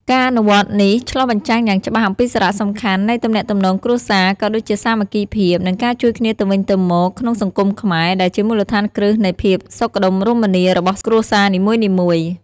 ការអនុវត្តន៍នេះឆ្លុះបញ្ចាំងយ៉ាងច្បាស់អំពីសារៈសំខាន់នៃទំនាក់ទំនងគ្រួសារ ក៏ដូចជាសាមគ្គីភាព និងការជួយគ្នាទៅវិញទៅមកក្នុងសង្គមខ្មែរ ដែលជាមូលដ្ឋានគ្រឹះនៃភាពសុខដុមរមនារបស់គ្រួសារនីមួយៗ។